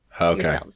Okay